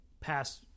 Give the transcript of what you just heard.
past